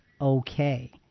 okay